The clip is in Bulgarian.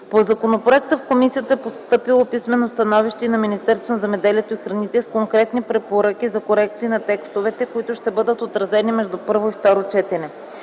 По законопроекта в комисията е постъпило писмено становище и на Министерството на земеделието и храните с конкретни препоръки за корекции на текстовете, които ще бъдат отразени между първо и второ четене.